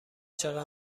چقدر